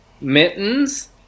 mittens